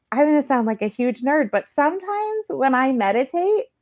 i'm going to sound like a huge nerd, but sometimes when i meditate,